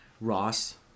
Ross